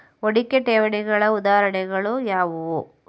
ಹೂಡಿಕೆ ಠೇವಣಿಗಳ ಉದಾಹರಣೆಗಳು ಯಾವುವು?